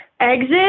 exit